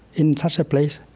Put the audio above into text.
in such a place,